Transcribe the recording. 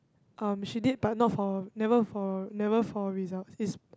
um she did but not for never for never for results it's